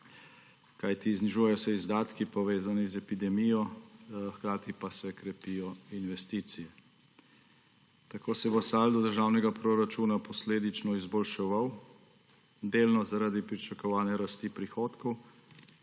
kajti znižujejo se izdatki, povezani z epidemijo, hkrati pa se krepijo investicije. Tako se bo saldo državnega proračuna posledično izboljševal delno zaradi pričakovane rasti prihodkov